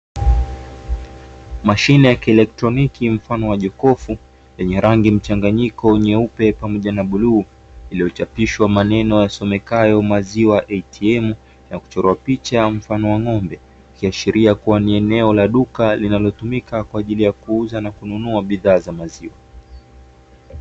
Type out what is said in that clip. Mashine ya kielektroniki mfano wa jokofu yenye rangi mchanganyiko nyeupe pamoja na bluu iliyochapishwa maneno yasomekayo "maziwa ATM" na kuchorwa picha ya ng'ombe, ikiashiria kuwa ni eneo la duka linalotumika kwa ajili ya kuuza na kununua bidhaa za maziwa.